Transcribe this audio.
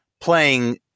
playing